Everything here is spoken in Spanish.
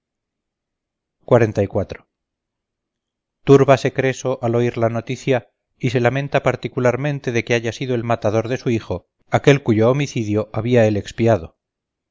de su hijo túrbase creso al oír la noticia y se lamenta particularmente de que haya sido el matador de su hijo aquel cuyo homicidio había él expiado